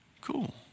Cool